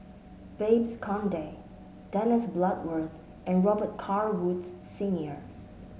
Babes Conde Dennis Bloodworth and Robet Carr Woods Senior